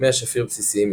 מי השפיר בסיסיים יותר,